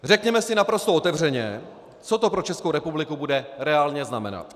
Řekněme si naprosto otevřeně, co to pro Českou republiku bude reálně znamenat.